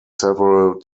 several